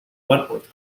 wentworth